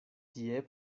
tie